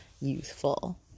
youthful